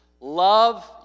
Love